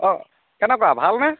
অ কেনেকুৱা ভালনে